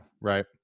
right